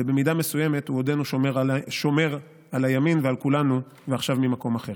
ובמידה מסוימת עודנו שומר על הימין ועל כולנו ועכשיו ממקום אחר.